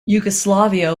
yugoslavia